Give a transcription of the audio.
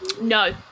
No